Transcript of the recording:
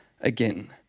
again